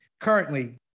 Currently